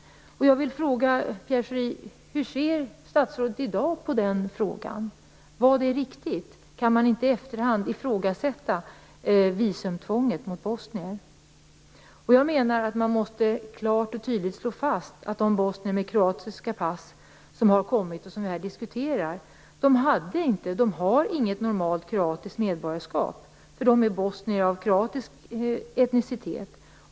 Jag vill fråga Pierre Schori: Hur ser statsrådet i dag på den frågan? Vad är viktigt? Kan man inte i efterhand ifrågasätta visumtvånget för bosnier? Jag menar att man klart och tydligt måste slå fast att de bosnier med kroatiska pass som har kommit och som vi här diskuterar inte har något normalt kroatiskt medborgarskap, eftersom de är bosnier av kroatisk etnicitet.